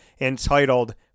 entitled